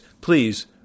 please